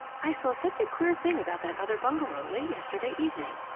i saw such a queer thing about that other bungalow late yesterday evening!